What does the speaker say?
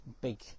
big